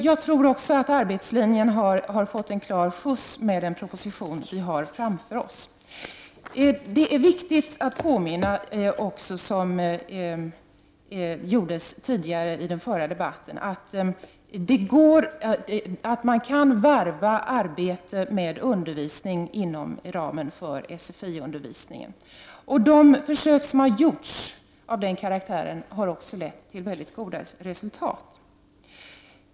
Det är väl helt klart att arbetslinjen har fått en skjuts framåt i och med den proposition som vi har framför oss. Det är viktigt att påminna om, och detta sades också i den förra debatten, att man kan varva arbete med undervisning inom ramen för sfi-undervisningen. Försök av den karaktären har gett mycket goda resultat.